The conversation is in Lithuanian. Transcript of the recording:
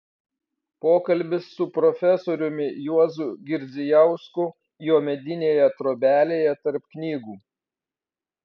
pokalbis su profesoriumi juozu girdzijausku jo medinėje trobelėje tarp knygų